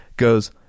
goes